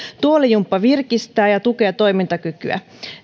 tuolijumppa virkistää ja tukee toimintakykyä